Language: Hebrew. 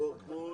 מכיוון